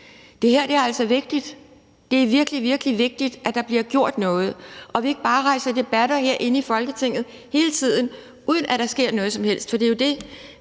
Det her er altså vigtigt. Det er virkelig, virkelig vigtigt, at der bliver gjort noget og vi ikke bare rejser debatter herinde i Folketinget hele tiden, uden at der sker noget som helst,